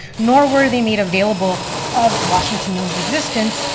nor were they made available of washington mills' existence,